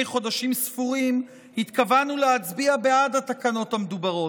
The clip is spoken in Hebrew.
חודשים ספורים התכוונו להצביע בעד התקנות המדוברות.